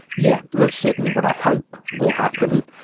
yeah, that's certainly what i hope will happen.